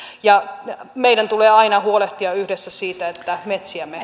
ja meidän tulee aina huolehtia yhdessä siitä että metsiämme